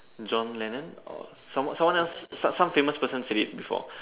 John-Lennon or some someone else some some famous person said it before